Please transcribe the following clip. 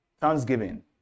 Thanksgiving